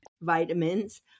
Vitamins